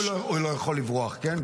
בשניהם הוא לא יכול לברוח, כן?